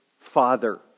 father